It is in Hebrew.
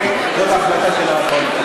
נגד, זו ההחלטה של הממשלה.